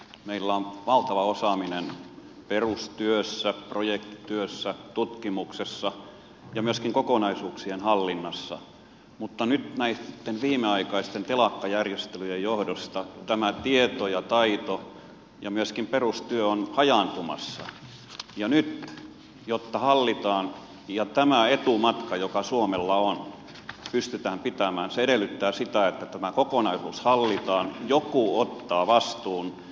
meillä on valtava osaaminen perustyössä projektityössä tutkimuksessa ja myöskin kokonaisuuksien hallinnassa mutta nyt näitten viimeaikaisten telakkajärjestelyjen johdosta tämä tieto ja taito ja myöskin perustyö ovat hajaantumassa ja jotta nyt tämä hallitaan ja tämä etumatka joka suomella on pystytään pitämään se edellyttää sitä että tämä kokonaisuus hallitaan joku ottaa vastuun